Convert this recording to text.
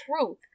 truth